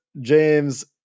James